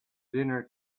dinner